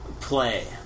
play